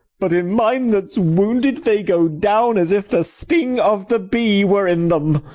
but in mine that s wounded, they go down as if the sting of the bee were in them.